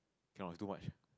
cannot too much